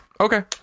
Okay